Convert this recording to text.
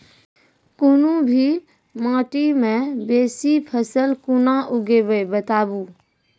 कूनू भी माटि मे बेसी फसल कूना उगैबै, बताबू?